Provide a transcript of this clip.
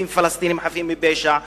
תוקפים פלסטינים חפים מפשע,